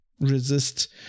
resist